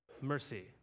Mercy